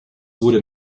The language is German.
wurde